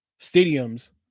stadiums